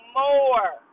more